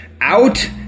out